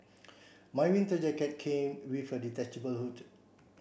my winter jacket came with a detachable hood